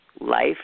Life